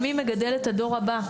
של מי מגדל את הדור הבא,